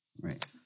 right